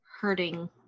hurting